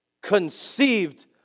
conceived